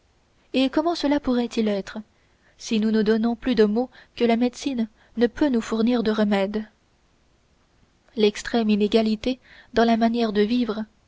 et comment cela pourrait-il être si nous nous donnons plus de maux que la médecine ne peut nous fournir de remèdes l'extrême inégalité dans la manière de vivre